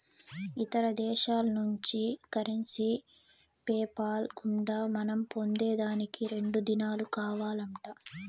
ఇతర దేశాల్నుంచి currency PayPal గుండా మనం పొందేదానికి రెండు దినాలు కావాలంట